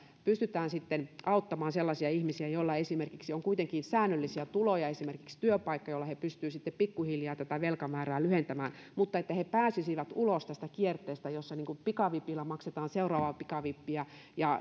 pystytään auttamaan sellaisia ihmisiä joilla esimerkiksi on kuitenkin säännöllisiä tuloja esimerkiksi työpaikka joilla he pystyvät sitten pikkuhiljaa velkamäärää lyhentämään mutta he pääsisivät ulos kierteestä jossa pikavipillä maksetaan seuraavaa pikavippiä ja